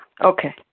Okay